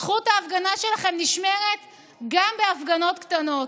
זכות ההפגנה שלכם נשמרת גם בהפגנות קטנות.